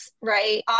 right